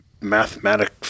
mathematic